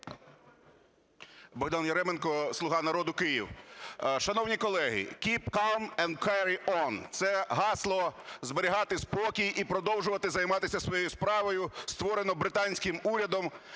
Богдан Яременко, "Слуга народу", Київ. Шановні колеги, keep calm and carry on. Це гасло зберігати спокій і продовжувати займатися своєю справою створено британським урядом